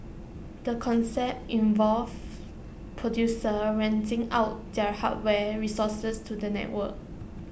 the concept involves producers renting out their hardware resources to the network